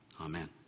Amen